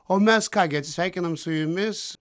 o mes ką gi atsisveikinam su jumis